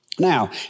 Now